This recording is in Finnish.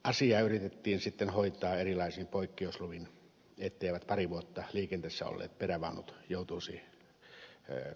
asiaa yritettiin sitten hoitaa erilaisin poikkeusluvin etteivät pari vuotta liikenteessä olleet perävaunut joutuisi kaatopaikalle